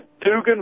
Dugan